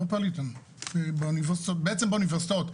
בעצם באוניברסיטאות.